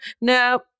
No